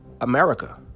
America